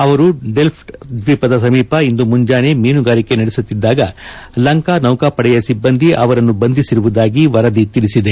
ಅವರು ಡೆಲ್ವ್ ದ್ವೀಪದ ಸಮೀಪ ಇಂದು ಮುಂಜಾನೆ ಮೀನುಗಾರಿಕೆ ನಡೆಸುತ್ತಿದ್ದಾಗ ಲಂಕಾ ನೌಕಾಪಡೆಯ ಸಿಬ್ಬಂದಿ ಅವರನ್ನು ಬಂಧಿಸಿರುವುದಾಗಿ ವರದಿ ತಿಳಿಸಿದೆ